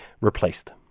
replaced